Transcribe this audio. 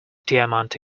diamante